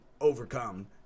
overcome